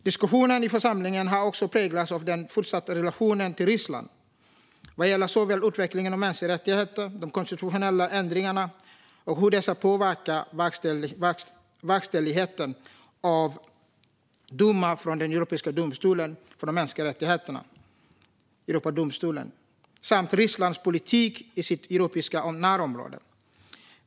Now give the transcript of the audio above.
Diskussionen i församlingen har också präglats av den fortsatta relationen till Ryssland vad gäller utvecklingen av mänskliga rättigheter, de konstitutionella ändringarna och hur dessa påverkar verkställigheten av domar från Europeiska domstolen för de mänskliga rättigheterna, Europadomstolen, samt Rysslands politik i sitt europeiska närområde.